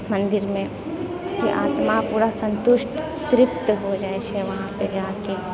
मन्दिरमे कि आत्मा पूरा सन्तुष्ट तृप्त भऽ जाइत छै वहाँपर जा कऽ